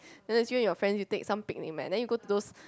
then just you and your friends you take some picnic mat then you go to those